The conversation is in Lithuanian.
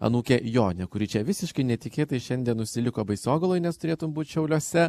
anūkė jonė kuri čia visiškai netikėtai šiandien užsiliko baisogaloj nes turėtų būt šiauliuose